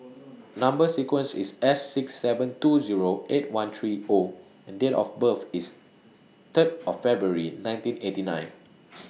Number sequence IS S six seven two Zero eight one three O and Date of birth IS Third of February nineteen eighty nine